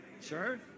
Sure